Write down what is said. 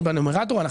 אנחנו